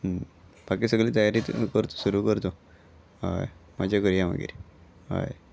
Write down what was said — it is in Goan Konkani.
बाकी सगली तयारी कर सुरू करचू हय म्हाजे करया मागीर हय